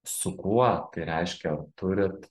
su kuo tai reiškia turit